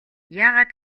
яагаад